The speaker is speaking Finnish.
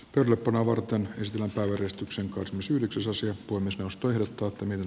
yllättävää varten ostamansa eristyksen kosmisyritysasiattomista ostojen tuottaminen